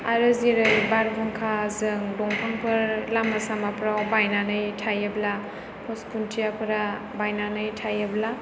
आरो जेरै बार बारहुंखाजों दंफांफोर लामा सामाफ्राव बायनानै थायोब्ला पस्ट खुन्थियाफोरा बायनानै थायोब्ला